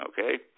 Okay